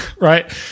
right